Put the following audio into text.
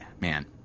man